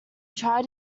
tried